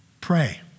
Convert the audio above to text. Pray